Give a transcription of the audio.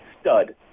stud